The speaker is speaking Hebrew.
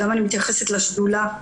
אני גם מתייחסת לשדולה.